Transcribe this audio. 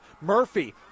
Murphy